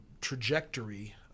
trajectory